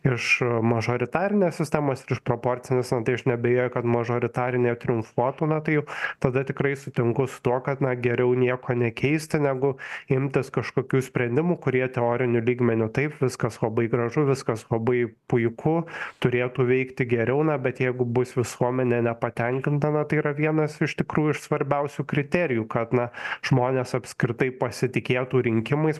iš mažoritarinės sistemos ir iš proporcinės na tai aš neabejoju kad mažoritarinė triumfuotų na tai tada tikrai sutinku su tuo kad na geriau nieko nekeisti negu imtis kažkokių sprendimų kurie teoriniu lygmeniu taip viskas labai gražu viskas labai puiku turėtų veikti geriau na bet jeigu bus visuomenė nepatenkinta na tai yra vienas iš tikrų iš svarbiausių kriterijų kad na žmonės apskritai pasitikėtų rinkimais